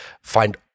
find